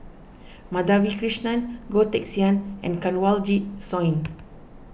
Madhavi Krishnan Goh Teck Sian and Kanwaljit Soin